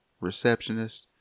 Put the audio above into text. receptionist